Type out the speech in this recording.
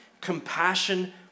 compassion